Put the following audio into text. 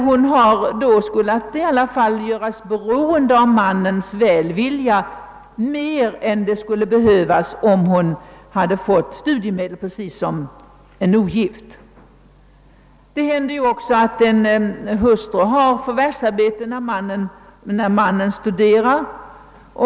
Hon har alltså gjorts mer beroende av mannens välvilja, än hon hade behövt vara, om hon hade fått studiemedel precis som en ogift. Det händer också att en hustru har förvärvsarbete, när mannen studerar.